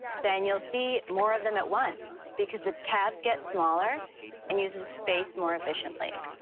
then you'll see more of them at once because the tabs get smaller and use the the space more efficiently.